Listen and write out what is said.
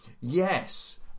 yes